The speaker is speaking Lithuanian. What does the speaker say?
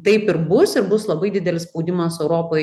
taip ir bus ir bus labai didelis spaudimas europai